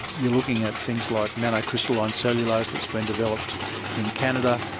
you're looking at things like nano-crystalline cellulose that's been developed in canada.